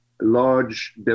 large